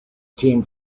team